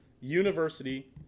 University